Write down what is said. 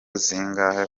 zingahe